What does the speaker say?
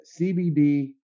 CBD